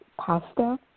pasta